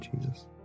Jesus